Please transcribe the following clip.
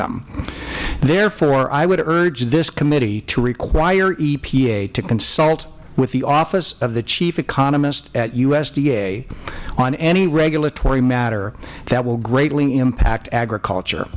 them therefore i would urge this committee to require epa to consult with the office of the chief economist at usda on any regulatory matter that will greatly impact agriculture